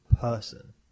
person